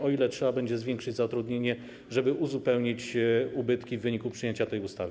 O ile trzeba będzie zwiększyć zatrudnienie, żeby uzupełnić ubytki w wyniku przyjęcia tej ustawy?